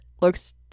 looks